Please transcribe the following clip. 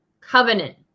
Covenant